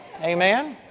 Amen